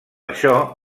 això